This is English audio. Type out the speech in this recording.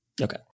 Okay